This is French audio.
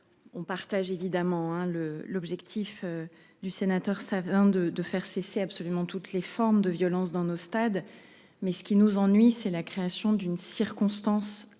On partage évidemment hein le, l'objectif du sénateur ça hein de de faire cesser absolument toutes les formes de violence dans nos stades. Mais ce qui nous ennuie c'est la création d'une circonstance aggravante